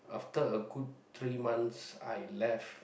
after a good three months I left